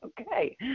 Okay